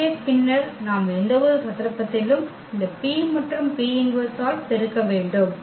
எனவே பின்னர் நாம் எந்தவொரு சந்தர்ப்பத்திலும் இந்த P மற்றும் P−1ஆல் பெருக்க வேண்டும்